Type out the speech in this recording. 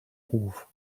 ruf